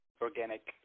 Organic